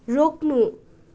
रोक्नु